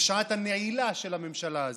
בשעת הנעילה של הממשלה הזאת.